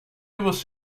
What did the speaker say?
você